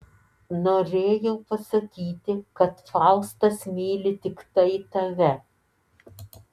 norėjau pasakyti kad faustas myli tiktai tave